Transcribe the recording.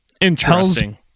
interesting